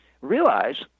realize